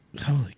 Holy